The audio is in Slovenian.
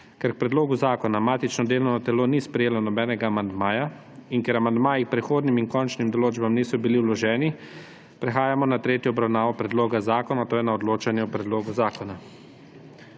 Ker k predlogu zakona matično delovno telo ni sprejelo nobenega amandmaja in ker amandmaji k prehodnim in končnim določbam niso bili vloženi, prehajamo na tretjo obravnavo predloga zakona, to je na odločanje o predlogu zakona.